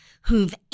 who've